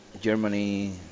Germany